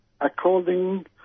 according